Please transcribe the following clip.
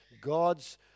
God's